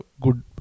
Good